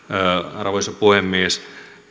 arvoisa puhemies